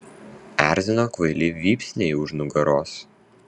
erzino kvaili vypsniai už nugaros